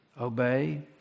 Obey